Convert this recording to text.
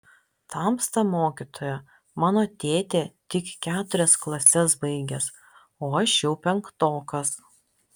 tamsta mokytoja mano tėtė tik keturias klases baigęs o aš jau penktokas